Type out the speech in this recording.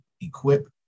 equip